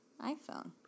iPhone